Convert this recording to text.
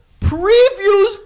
previews